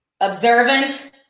observant